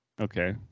Okay